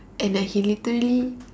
and then he literally